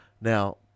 Now